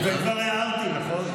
כבר הערתי, נכון?